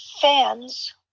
fans